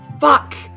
Fuck